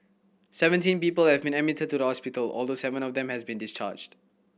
seventeen people have been admitted to the hospital although seven of them has been discharged